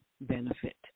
benefit